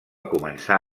començar